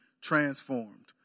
transformed